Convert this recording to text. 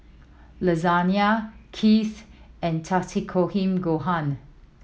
Lasagna and Takikomi Gohan